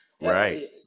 Right